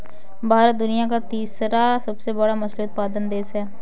भारत दुनिया का तीसरा सबसे बड़ा मछली उत्पादक देश है